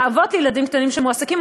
אבות לילדים קטנים שמועסקים,